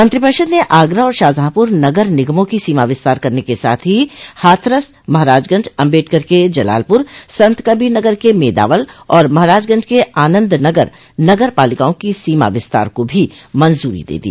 मंत्रिपरिषद ने आगरा और शाहजहांपुर नगर निगमों की सीमा विस्तार करने के साथ ही हाथरस महराजगंज अम्बेडकर के जलालपुर संतकबीरनगर के मेदावल और महराजगंज के आनंदनगर नगर पालिकाओं की सीमा विस्तार को भी मंजूदी दे दी